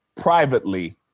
privately